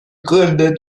gründet